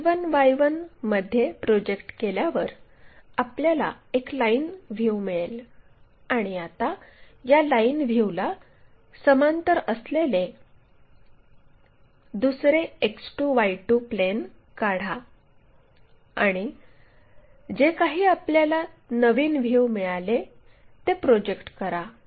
X1 Y1 मध्ये project केल्यावर आपल्याला एक लाइन व्ह्यू मिळेल आणि आता या लाइन व्ह्यूला समांतर असलेले दुसरे X2 Y2 प्लेन काढा आणि जे काही आपल्याला नवीन व्ह्यू मिळाले ते प्रोजेक्ट करा